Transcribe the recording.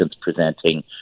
presenting